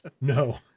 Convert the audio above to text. No